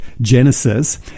Genesis